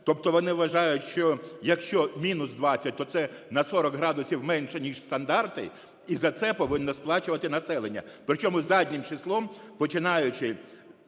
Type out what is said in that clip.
тобто вони вважають, що якщо мінус 20, то це на 40 градусів менше, ніж стандарти, і за це повинно сплачувати населення, причому заднім числом, починаючи